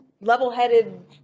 level-headed